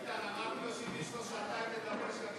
כי אתם תאכלו לו את הראש.